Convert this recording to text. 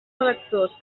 electors